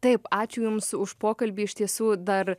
taip ačiū jums už pokalbį iš tiesų dar